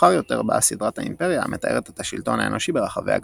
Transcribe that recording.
מאוחר יותר באה סדרת האימפריה המתארת את השלטון האנושי ברחבי הגלקסיה.